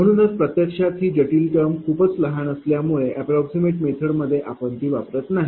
म्हणूनच प्रत्यक्षात ही जटिल टर्म खूपच लहान असल्यामुळे अप्राक्समैट मेथडमध्ये आपण ती वापरत नाही